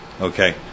okay